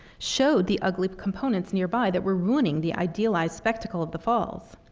showed the ugly components nearby that were ruining the idealized spectacle of the falls.